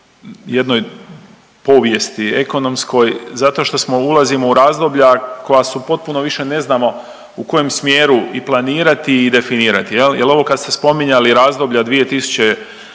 povijesti ekonomskoj zato što smo, ulazimo u razdoblja koja su potpuno više ne znamo u kojem smjeru i planirati i definirati jel, jer ovo kad ste spominjali razdoblja od